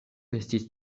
estis